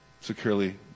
Securely